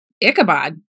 Ichabod